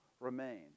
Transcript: remain